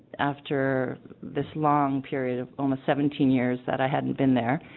after this long period of almost seventeen years that i hadn't been there